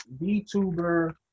VTuber